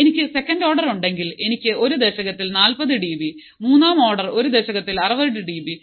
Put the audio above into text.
എനിക്ക് second order ഉണ്ടെങ്കിൽ എനിക്ക് ഒരു ദശകത്തിൽ 40 ഡിബി മൂന്നാം ഓർഡർ ഒരു ദശകത്തിൽ 60 ഡിബി